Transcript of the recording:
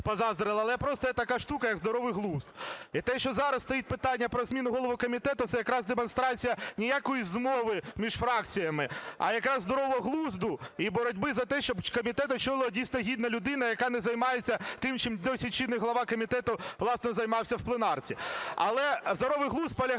але просто є така штука, як здоровий глузд. І те, що зараз стоїть питання про зміну голови комітету, - це якраз демонстрація, ніякої змови між фракціями, а якраз здорового глузду і боротьби за те, щоб комітет очолила, дійсно, гідна людина, яка не займається тим, чим досі чинний голова комітету, власне, займався на пленарці. Але здоровий глузд полягає